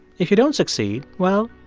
if you don't succeed, well,